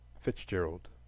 Fitzgerald